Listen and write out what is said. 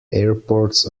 airports